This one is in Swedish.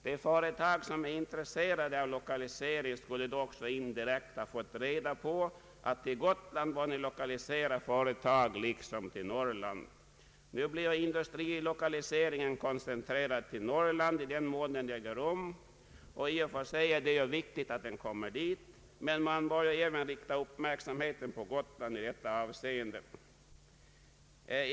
De företag som är intresserade av lokalisering skulle då också indirekt ha fått reda på att till Gotland bör man lokalisera företag liksom till Norrland. Nu blir industrilokaliseringen koncentrerad till Norrland i den mån den äger rum, I och för sig är det viktigt att industrin kommer dit, men man bör även rikta uppmärksamheten på Gotland i detta avseende.